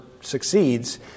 succeeds